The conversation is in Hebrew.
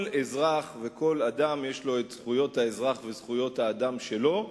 כל אזרח וכל אדם יש לו את זכויות האזרח וזכויות האדם שלו,